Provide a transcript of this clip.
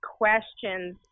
questions